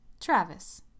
Travis